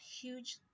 huge